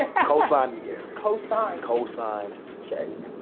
and co-sign me gary. co-signed. co-signed, check.